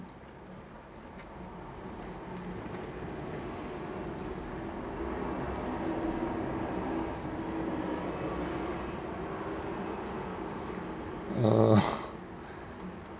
uh